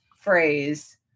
phrase